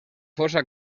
força